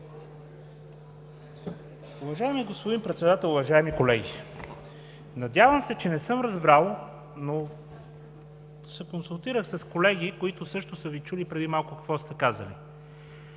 Уважаеми господин Председател, уважаеми колеги! Надявам се, че не съм разбрал, но се консултирах с колеги, които също са Ви чули преди малко какво сте казали.